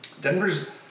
Denver's